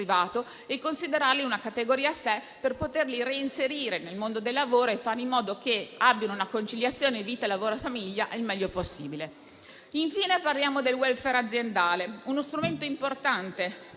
privato come una categoria a sé, per poterli reinserire nel mondo del lavoro e fare in modo che abbiano una conciliazione vita-lavoro-famiglia migliore possibile. Infine, parliamo del *welfare* aziendale, uno strumento importante